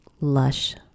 lush